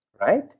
right